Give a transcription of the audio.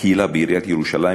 בעיריית ירושלים,